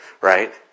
Right